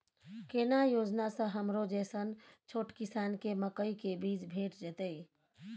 केना योजना स हमरो जैसन छोट किसान के मकई के बीज भेट जेतै?